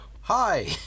Hi